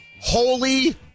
Holy